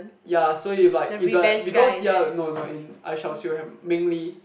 ya so if like in the because ya no no in I-shall-seal-the-heaven Meng-Lee